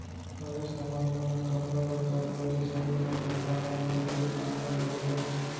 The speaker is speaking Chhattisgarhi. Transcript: बरेठ समाज मन ह कपड़ा लत्ता धोए के संगे संग कपड़ा आयरन करे के काम ल घलोक करथे